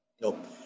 Nope